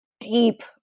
Deep